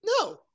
No